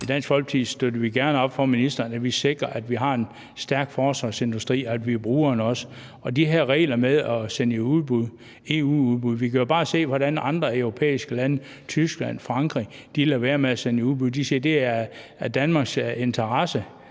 støtter vi gerne op om at sikre, at vi har en stærk forsvarsindustri, og at vi også bruger den. Der er de her regler med at sende i EU-udbud. Vi kan jo bare se, hvordan andre europæiske lande – Tyskland, Frankrig – lader være med at sende i udbud. De siger, at det er i deres